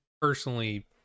personally